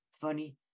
funny